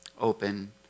open